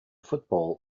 football